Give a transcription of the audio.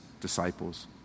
disciples